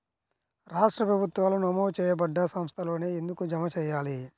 రాష్ట్ర ప్రభుత్వాలు నమోదు చేయబడ్డ సంస్థలలోనే ఎందుకు జమ చెయ్యాలి?